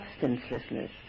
substancelessness